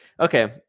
Okay